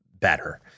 better